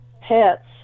pets